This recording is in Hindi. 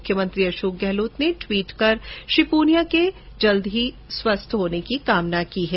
मुख्यमंत्री अशोक गहलोत ने टिवीट कर श्री पूनिया के जल्द स्वस्थ होने की कामना की है